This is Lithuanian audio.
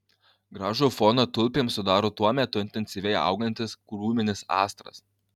gražų foną tulpėms sudaro tuo metu intensyviai augantis krūminis astras